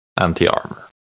anti-armor